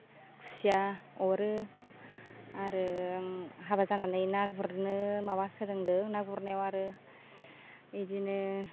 खुसिया अरो आरो हाबा जानानै ना गुरनो माबा सोलोंदों ना गुरनायाव आरो बिदिनो